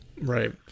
right